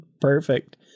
Perfect